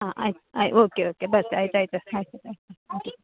ಹಾಂ ಆಯ್ತು ಆಯ್ತು ಒಕೆ ಒಕೆ ಬರ್ತೆ ಆಯ್ತು ಆಯ್ತು ಹಾಂ ಹಾಂ ಓಕೆ